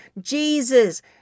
Jesus